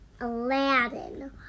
Aladdin